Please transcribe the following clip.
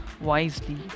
wisely